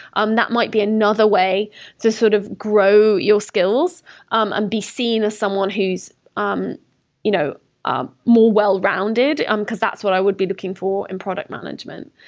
um that might be another way to sort of grow your skills and um be seen as someone who's um you know ah more well-rounded, um because that's what i would be looking for in product management.